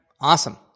awesome